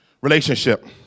relationship